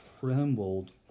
trembled